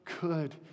good